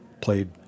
Played